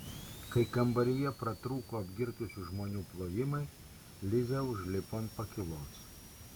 kai kambaryje pratrūko apgirtusių žmonių plojimai liza užlipo ant pakylos